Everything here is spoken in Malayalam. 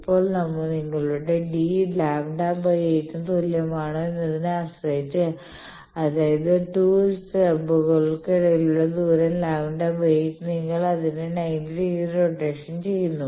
ഇപ്പോൾ നിങ്ങളുടെ d λ 8 ന് തുല്യമാണോ എന്നതിനെ ആശ്രയിച്ച് അതായത് 2 സ്റ്റബുകൾക്കിടയിലുള്ള ദൂരം λ 8 നിങ്ങൾ അതിനെ 90 ഡിഗ്രി റൊട്ടേഷൻ ചെയ്യുന്നു